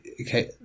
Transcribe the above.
okay